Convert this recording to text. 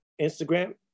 Instagram